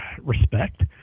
respect